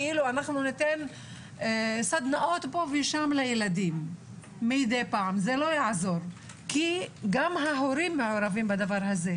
ניתן סדנאות פה ושם מדי פעם לילדים כי גם ההורים מעורבים בדבר הזה.